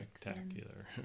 spectacular